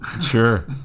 Sure